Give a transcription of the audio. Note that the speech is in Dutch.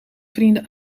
vrienden